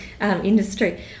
industry